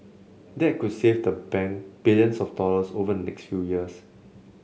that could save the bank billions of dollars over next few years